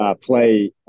play